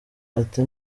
ati